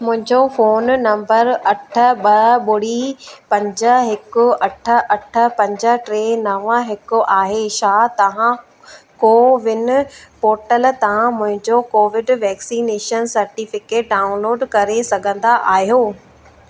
मुंहिंजो phone number अठ ॿ ॿुड़ी पंज हिकु अठ अठ पंज ट्रे नव हिकु आहे छा तहां कोविन पोर्टल तां मुंहिंजो कोविड वैक्सीनेशन सर्टिफिकेट डाउनलोड करे सघंदा आहियो